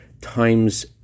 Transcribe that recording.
times